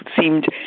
seemed